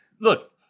look